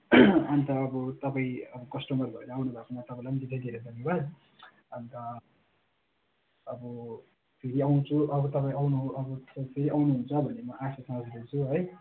अन्त अब तपाईँ अब कस्टमर भएर आउनु भएकोमा तपाईँलाम धेरै धेरै धन्यवाद अन्त अब फेरि आउँछु अब तपाईँ आउनु अब त फेरि आउनु हुन्छ भन्ने म आशा साँच्दछु है